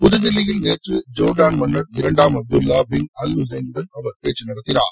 புதுதில்லியில் நேற்று ஜோர்டான் மன்னர் இரண்டாம் அப்துல்லா பிள் அல் உசைனுடன் அவர் பேச்சு நடத்தினார்